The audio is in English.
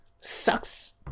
sucks